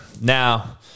Now